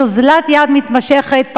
יש אוזלת יד מתמשכת,